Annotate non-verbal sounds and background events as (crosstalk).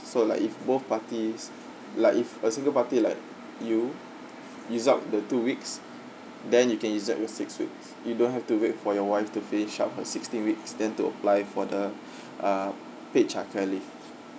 so like if both parties like if a single party like you use up the two weeks then you can use up your six weeks you don't have to wait for your wife to finish up her sixteen weeks then to apply for the (breath) ah paid childcare leave